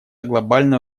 глобальная